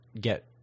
get